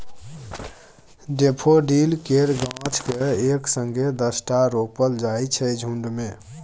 daffodil केर गाछ केँ एक संगे दसटा रोपल जाइ छै झुण्ड मे